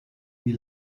wie